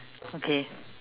okay